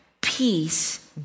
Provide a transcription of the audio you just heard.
Peace